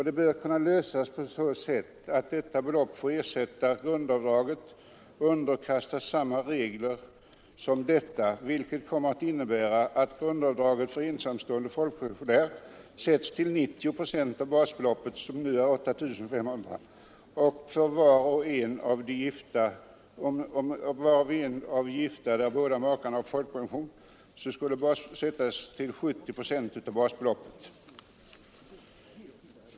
Det bör kunna åstadkommas på så sätt att detta belopp får ersätta grundavdraget och underkastas samma regler som dessa, vilket kommer att innebära att grundavdraget för ensamstående folkpensionärer sätts till 90 procent av basbeloppet, som nu är 8 500 kronor, och för var och en av makar som båda har folkpension till 70 procent av basbeloppet.